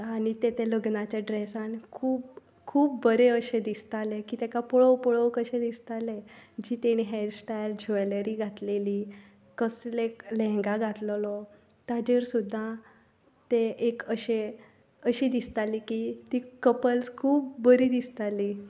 आनी तें ते लग्नाच्या ड्रॅसान खूब खूब बरें अशें दिसतालें की ताका पळोवं पळोवं कशें दिसतालें जी ताणी हॅर स्टायल ज्वॅलरी घातलेली कसले लेहेंगा घातलोलो ताजेर सुद्दां तें एक अशें अशें दिसतालें की तीं कपल्स खूब बरी दिसतालीं